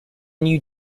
new